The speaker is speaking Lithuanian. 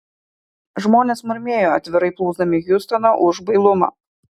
žmonės murmėjo atvirai plūsdami hiustoną už bailumą